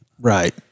Right